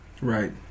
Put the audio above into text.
right